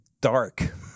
dark